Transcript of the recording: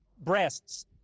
breasts